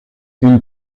une